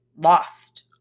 lost